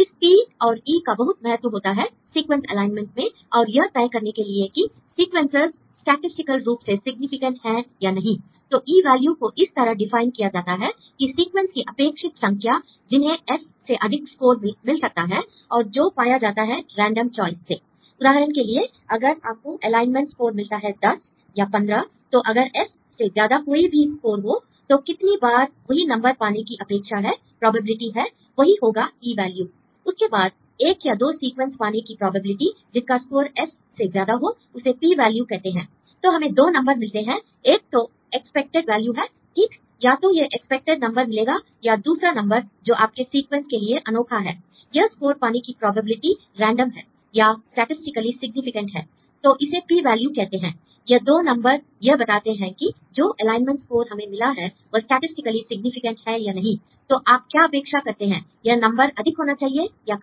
l इस P और E का बहुत महत्व होता है सीक्वेंस एलाइनमेंट में और यह तय करने के लिए कि सीक्वेंसेस् स्टैटिसटिकल रूप से सिग्निफिकेंट हैं या नहीं l तो E वैल्यू को इस तरह डिफाइन किया जाता है कि सीक्वेंस की अपेक्षित संख्या जिन्हें S से अधिक स्कोर मिल सकता है और जो पाया जाता है रेंडम चॉइस से l उदाहरण के लिए अगर आपको एलाइनमेंट स्कोर मिला है 10 या 15 तो अगर S से ज्यादा कोई भी स्कोर हो तो कितनी बार वही नंबर पाने की अपेक्षा है प्रोबेबिलिटी है वही होगा E वैल्यू l उसके बाद एक या दो सीक्वेंस पाने की प्रोबेबिलिटी जिनका स्कोर S से ज्यादा हो उसे P वैल्यू कहते हैं l तो हमें दो नंबर मिलते हैं एक तो एक्सपेक्टेड वैल्यू है ठीक या तो यह एक्सपेक्टेड नंबर मिलेगा या दूसरा नंबर जो आपके सीक्वेंस के लिए अनोखा है l यह स्कोर पाने की प्रोबेबिलिटी रेंडम है या स्टैटिसटिकली सिग्निफिकेंट है तो इसे P वैल्यू कहते हैं l यह दो नंबर यह बताते हैं कि जो एलाइनमेंट स्कोर हमें मिला है वह स्टैटिसटिकली सिग्निफिकेंट है या नहीं l तो आप क्या अपेक्षा करते हैं यह नंबर अधिक होना चाहिए या कम